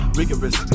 rigorous